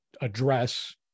address